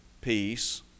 peace